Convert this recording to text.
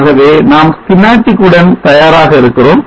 ஆகவே நாம் schematic உடன் தயாராக இருக்கிறோம்